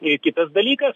ir kitas dalykas